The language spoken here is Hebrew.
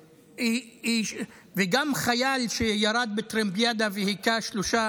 גם חייל שירד בטרמפיאדה והכה שלושה